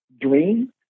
dream